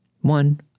One